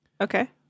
Okay